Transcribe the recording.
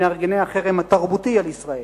ממארגני החרם התרבותי על ישראל,